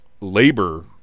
labor